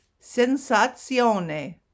sensazione